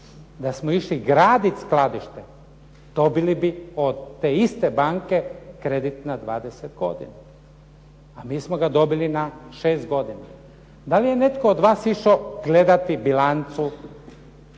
Da smo išli graditi skladište dobili bi od te iste banke kredit na 20 godina a mi smo ga dobili na 6 godina. Da li je netko od vas išao gledati bilancu